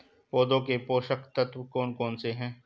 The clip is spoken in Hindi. पौधों के पोषक तत्व कौन कौन से हैं?